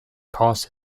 caused